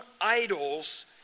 idols